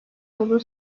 olduğu